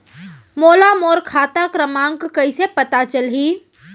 मोला मोर खाता क्रमाँक कइसे पता चलही?